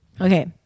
Okay